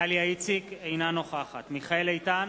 דליה איציק, אינה נוכחת מיכאל איתן,